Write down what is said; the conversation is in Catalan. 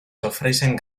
sofreixen